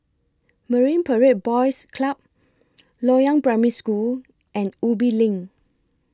Marine Parade Boys Club Loyang Primary School and Ubi LINK